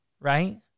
right